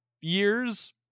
years